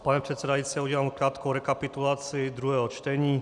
Pane předsedající, já udělám krátkou rekapitulaci druhého čtení.